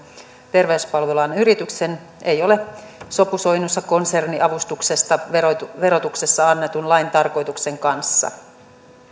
terveyspalvelualan yrityksen ei ole sopusoinnussa konserniavustuksesta verotuksessa annetun lain tarkoituksen kanssa